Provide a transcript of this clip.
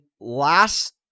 last